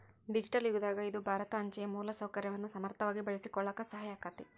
digital ಯುಗದಾಗ ಇದು ಭಾರತ ಅಂಚೆಯ ಮೂಲಸೌಕರ್ಯವನ್ನ ಸಮರ್ಥವಾಗಿ ಬಳಸಿಕೊಳ್ಳಾಕ ಸಹಾಯ ಆಕ್ಕೆತಿ